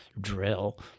drill –